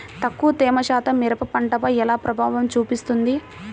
తక్కువ తేమ శాతం మిరప పంటపై ఎలా ప్రభావం చూపిస్తుంది?